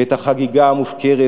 ואת החגיגה המופקרת,